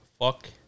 fuck